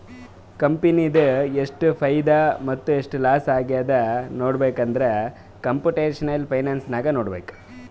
ಕಂಪನಿದು ಎಷ್ಟ್ ಫೈದಾ ಮತ್ತ ಎಷ್ಟ್ ಲಾಸ್ ಆಗ್ಯಾದ್ ನೋಡ್ಬೇಕ್ ಅಂದುರ್ ಕಂಪುಟೇಷನಲ್ ಫೈನಾನ್ಸ್ ನಾಗೆ ನೋಡ್ಬೇಕ್